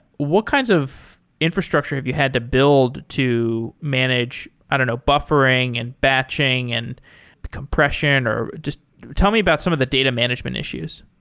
what kinds of infrastructure have you had to build to manage i don't know, buffering, and batching, and compression or just tell me about some of the data management issues?